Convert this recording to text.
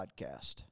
Podcast